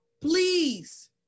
Please